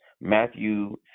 Matthew